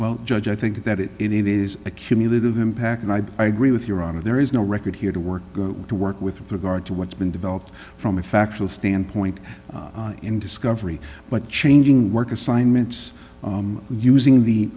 well judge i think that it is a cumulative impact and i by agree with your honor there is no record here to work go to work with regard to what's been developed from a factual standpoint in discovery but changing work assignments using the